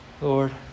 Lord